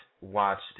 watched